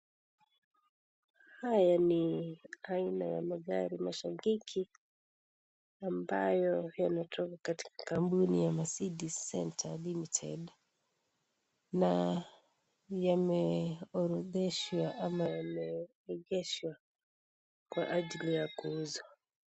Haya ni aina ya magari mashangingi ambayo yanatoka katika kampuni ya (cs)Mercedes Center Ltd(cs) na yameorodheshwa ama yameegeshwa kwa ajili ya kuuzwa.